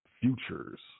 Futures